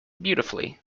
beautifully